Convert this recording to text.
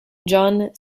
john